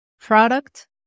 Product